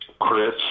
Chris